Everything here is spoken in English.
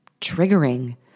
triggering